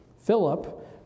Philip